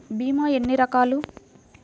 భీమ ఎన్ని రకాలు?